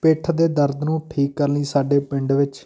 ਪਿੱਠ ਦੇ ਦਰਦ ਨੂੰ ਠੀਕ ਕਰਨ ਲਈ ਸਾਡੇ ਪਿੰਡ ਵਿੱਚ